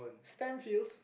stem feels